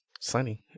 sunny